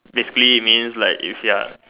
basically means like if you're